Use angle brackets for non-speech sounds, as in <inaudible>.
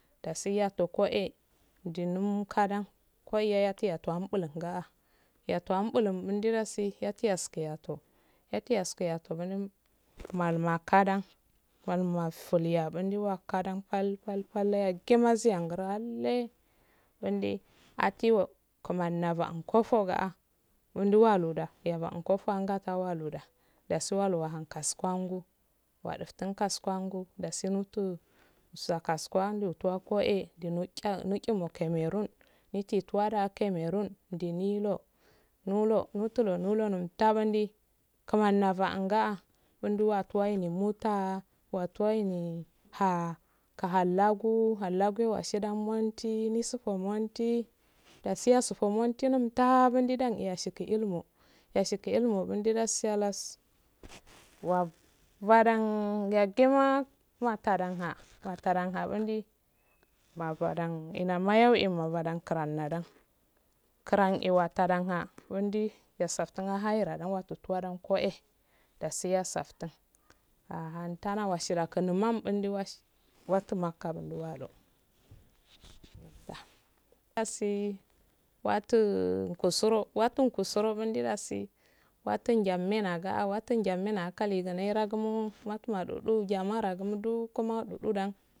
Dasi yatugo eh mdunin kaddan kogi yayatu wa tuwan pulun naga'a yatuwan impullum ndo dasi vatiyaski ttoh ayyaskiya ttoh <unintelligible> malun makkah dan maum mattuliyya bundi wakaddan pal pal ddo yagima siyahgudu ahlle buindi akkiyoh kmani nabo kofogha nduwaluda edo'uh kofangan so aluwad dasi alu uhan kasu wanggu wodufttuh kasu wange dasi mufttu sakasuwangu ettuwa koh ehey diinu tuwa da kamerrun ndonu lo nilo muttuno nilo nottamandi kmani nabo uh nga'ah munduwa wattiyah muttah wattuwanghe wha kah allah go hallah go oshidan montti musufo montti dasi asufi mon tinomttah gu daneeh ashingu ilumu ashingu ilmudo dasi hallas wag waddan yaguma matandanha matanhada ndi magwadan inama yawimadan krah kdah krah eeh watadaha wondi yafssaftun hairra dun wataturan eh koheh dasi yaw safttun ah hantana washilo kun numanedun wagh watwankkah nduwalo <noise> dasi wattu wattu kusoro mundi dasi wattu ndjammena ga wattu ndjamenna go kalu gu nera gu madu waddu madudu jama'a rogu mu dudu dan.